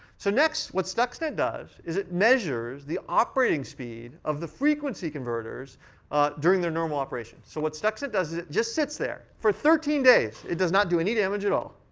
so next, what stuxnet does is it measures the operating speed of the frequency converters during their normal operation. so what stuxnet does is it just sits there for thirteen days. it does not do any damage at all.